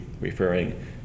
referring